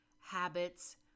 habits